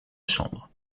chambre